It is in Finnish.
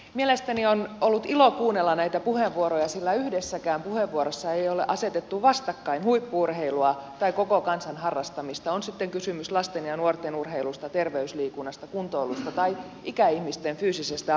mielestäni on ollut ilo kuunnella näitä puheenvuoroja sillä yhdessäkään puheenvuorossa ei ole asetettu vastakkain huippu urheilua ja koko kansan harrastamista on sitten kysymys lasten ja nuorten urheilusta terveysliikunnasta kuntoilusta tai ikäihmisten fyysisestä aktiivisuudesta